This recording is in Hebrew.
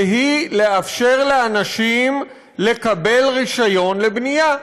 והיא לאפשר לאנשים לקבל רישיון לבנייה.